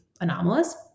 anomalous